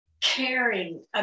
caring